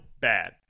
bad